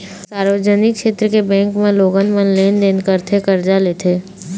सार्वजनिक छेत्र के बेंक म लोगन मन लेन देन करथे, करजा लेथे